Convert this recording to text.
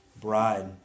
bride